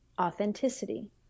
authenticity